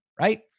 right